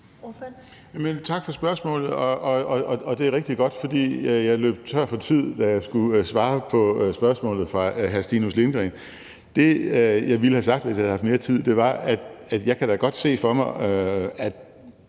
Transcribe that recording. Tak for spørgsmålet. Det er rigtig godt at få det, for jeg løb tør for tid, da jeg skulle svare på spørgsmålet fra hr. Stinus Lindgreen. Det, jeg ville have sagt, hvis jeg havde haft mere tid, var, at jeg da godt kan se for mig, at